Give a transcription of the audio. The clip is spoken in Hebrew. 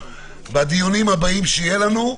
בתקנה 1 - (1)בהגדרה "עובד",